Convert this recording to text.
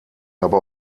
aber